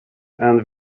and